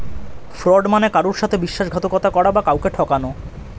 fraud মানে কারুর সাথে বিশ্বাসঘাতকতা করা বা কাউকে ঠকানো